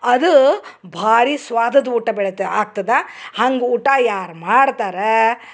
ಅದು ಭಾರಿ ಸ್ವಾದದ ಊಟ ಬೀಳತ್ತೆ ಆಗ್ತದ ಹಂಗೆ ಊಟ ಯಾರು ಮಾಡ್ತರಾ